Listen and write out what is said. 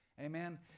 Amen